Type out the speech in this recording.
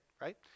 right